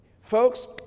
Folks